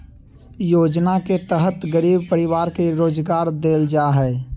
योजना के तहत गरीब परिवार के रोजगार देल जा हइ